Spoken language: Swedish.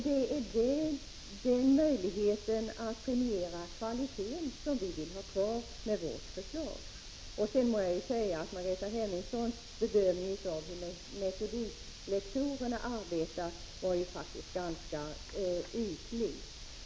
Det är den möjligheten att premiera kvaliteten som vi vill ha kvar med vårt förslag. Sedan må jag säga att Margareta Hemmingssons bedömning av hur metodiklektorerna arbetar faktiskt var ganska ytlig.